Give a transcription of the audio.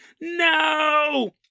No